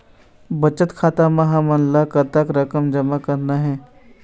बचत खाता म हमन ला कतक रकम जमा करना हे?